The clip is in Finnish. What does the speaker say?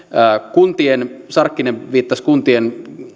sarkkinen viittasi kuntien